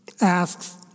asks